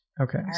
okay